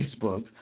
Facebook